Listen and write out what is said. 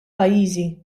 pajjiżi